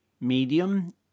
Medium